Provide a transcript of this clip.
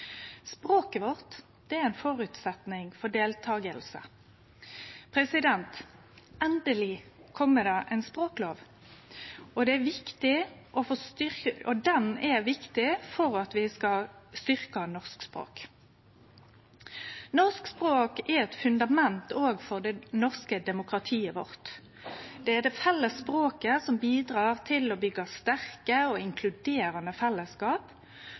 Språket vårt er ein føresetnad for deltaking. Endeleg kjem det ein språklov. Han er viktig for at vi skal styrkje norsk språk. Norsk språk er eit fundament òg for det norske demokratiet. Det er det felles språket som bidrar til å byggje sterke og inkluderande fellesskap.